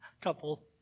couple